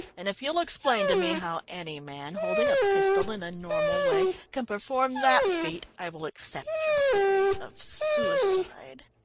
and if you'll explain to me how any man, holding a pistol in a normal way, can perform that feat, i will accept your theory of suicide.